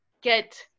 get